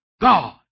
God